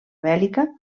bèl·lica